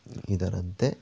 ಇದರಂತೆ